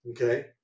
Okay